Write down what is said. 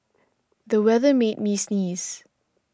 the weather made me sneeze